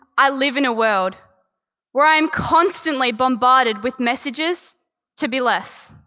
i live in a world where i'm constantly bombarded with messages to be less,